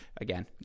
again